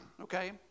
Okay